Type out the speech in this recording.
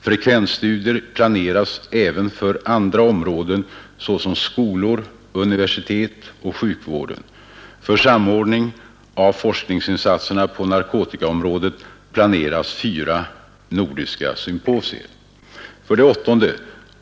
Frekvensstudier planeras även för andra områden såsom skolorna, universiteten och sjukvården. För samordning av forskningsinsatserna på narkotikaområdet planeras fyra nordiska symposier. 8.